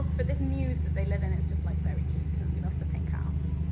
but this muse that they live in, it's just like very cute and we love the pink house.